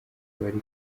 bari